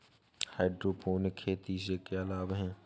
Hydroponic खेती से क्या लाभ हैं?